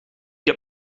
heb